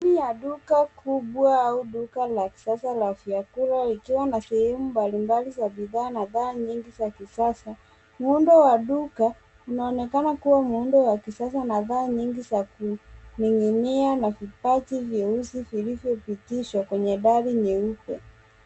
Ndani ya duka kubwa au duka la kisasa la vyakula likiwa na sehemu mbalimbali za bidhaa na dhana nyingi za kisasa. Muundo wa duka unaonekana kuwa muundo kisasa na dhaa nyingi za kuning'inià na vipaji vyeusi vilivyopitishwa kwenye dari nyeupe.